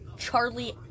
charlie